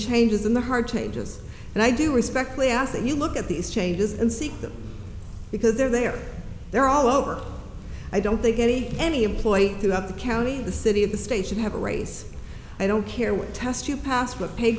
changes in the hard to ages and i do respectfully ask that you look at these changes and see them because they're there they're all over i don't think any any employee throughout the county the city of the state should have a race i don't care what test you pass but pay